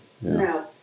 No